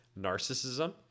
narcissism